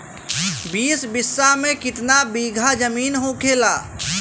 बीस बिस्सा में कितना बिघा जमीन होखेला?